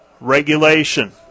Regulation